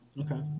Okay